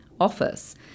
office